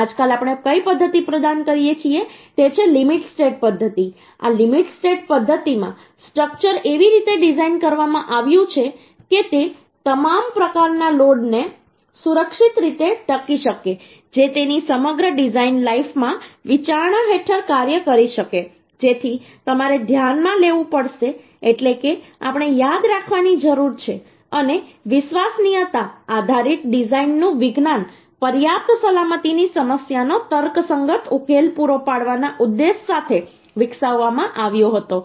આજકાલ આપણે કઈ પદ્ધતિ પ્રદાન કરીએ છીએ તે છે લિમિટ સ્ટેટ પદ્ધતિ આ લિમિટ સ્ટેટ પદ્ધતિ માં સ્ટ્રક્ચર એવી રીતે ડિઝાઇન કરવામાં આવ્યું છે કે તે તમામ પ્રકારના લોડને સુરક્ષિત રીતે ટકી શકે જે તેની સમગ્ર ડિઝાઇન લાઇફમાં વિચારણા હેઠળ કાર્ય કરી શકે છે જેથી તમારે ધ્યાનમાં લેવું પડશે એટલે કે આપણે યાદ રાખવાની જરૂર છે અને વિશ્વસનીયતા આધારિત ડિઝાઇનનું વિજ્ઞાન પર્યાપ્ત સલામતીની સમસ્યાનો તર્કસંગત ઉકેલ પૂરો પાડવાના ઉદ્દેશ્ય સાથે વિકસાવવામાં આવ્યો હતો